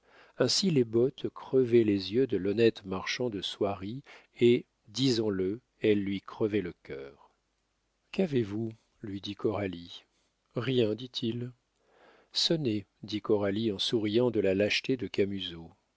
ainsi les bottes crevaient les yeux de l'honnête marchand de soierie et disons-le elles lui crevaient le cœur qu'avez-vous lui dit coralie rien dit-il sonnez dit coralie en souriant de la lâcheté de